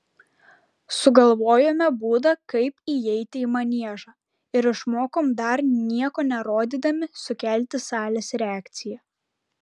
sugalvojome būdą kaip įeiti į maniežą ir išmokom dar nieko nerodydami sukelti salės reakciją